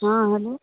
हाँ हेलो